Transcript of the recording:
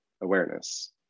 awareness